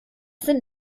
sind